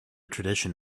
tradition